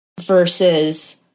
versus